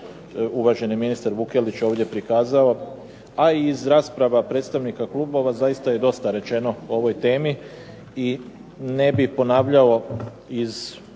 uvaženi ministar Vukelić ovdje prikazao, a i iz rasprava predstavnika klubova zaista je dosta rečeno o ovoj temi, i ne bi ponavljao iz